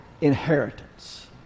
inheritance